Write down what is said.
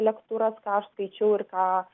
lektūras ką aš skaičiau ir ką